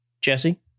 Jesse